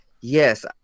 yes